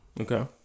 Okay